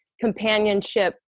companionship